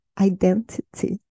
identity